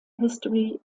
history